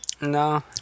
No